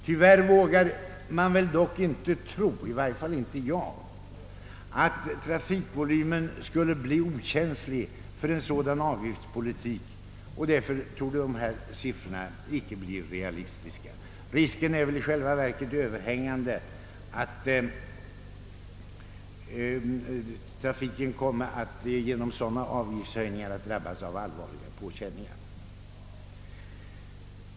Tyvärr vågar man dock knappast tro — i varje fall inte jag — att trafikvolymen skulle bli okänslig för en sådan avgiftspolitik, och därför torde dessa siffror inte vara realistiska. Risken är i själva verket överhängande att trafiken genom sådana avgiftshöjningar komme att drabbas av allvarliga påkänningar.